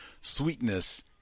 sweetness